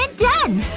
and done!